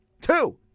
Two